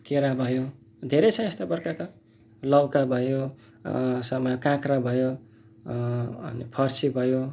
केरा भयो धेरै छ यस्तो प्रकारको लौका भयो समय काँक्रा भयो अनि फर्सी भयो